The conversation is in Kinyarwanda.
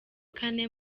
kane